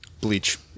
bleach